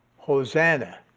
hosanna,